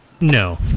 No